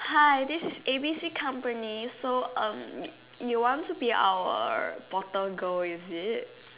hi this is A B C company so um you want to be our bottle girl is it